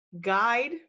guide